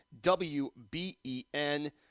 WBEN